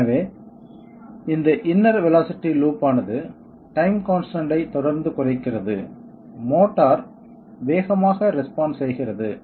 எனவே இந்த inner velocity loop ஆனது டைம் கான்ஸ்டன்ட் ஐ தொடர்ந்து குறைக்கிறது மோட்டார் வேகமாக ரெஸ்பான்ஸ் செய்கிறது